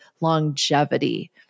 longevity